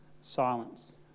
silence